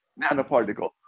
nanoparticle